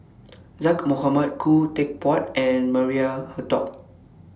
Zaqy Mohamad Khoo Teck Puat and Maria Hertogh